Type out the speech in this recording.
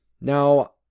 Now